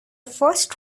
first